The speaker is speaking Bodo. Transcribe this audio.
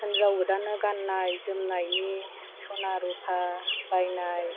हिन्जाव गोदाननो गान्नाय जोमनायनि स'ना रुफा बायनाय